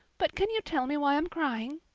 but can you tell me why i'm crying?